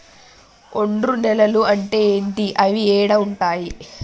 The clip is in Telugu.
ఒండ్రు నేలలు అంటే ఏంటి? అవి ఏడ ఉంటాయి?